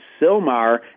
Silmar